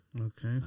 Okay